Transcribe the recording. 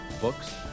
books